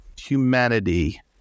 humanity